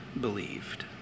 believed